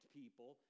people